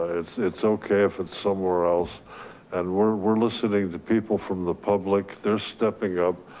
it's it's okay if it's somewhere else and we're we're listening to people from the public they're stepping up,